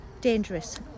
dangerous